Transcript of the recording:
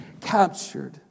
captured